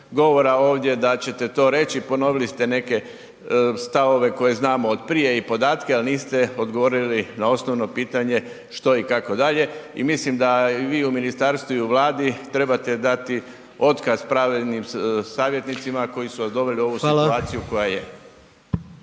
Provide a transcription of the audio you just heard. govora ovdje da ćete to reći, ponovili ste neke stavove koje znamo od prije i podatke, ali niste odgovorili na osnovno pitanje što i kako dalje. I mislim da i vi u ministarstvu i u Vladi trebate dati otkaz pravnim savjetnicima koji su vas doveli u ovi situaciju koja je.